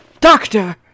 doctor